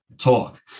talk